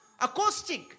Acoustic